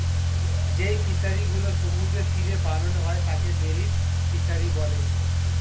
যেই ফিশারি গুলো সমুদ্রের তীরে বানানো হয় তাকে মেরিন ফিসারী বলে